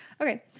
Okay